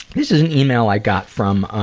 this is an email i got from